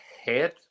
head